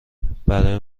برای